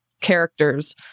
characters